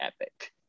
epic